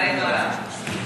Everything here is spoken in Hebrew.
לצערנו הרב.